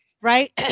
Right